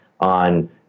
on